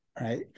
right